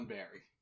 Barry